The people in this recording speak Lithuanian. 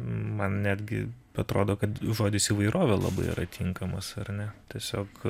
man netgi atrodo kad žodis įvairovė labai yra tinkamas ar ne tiesiog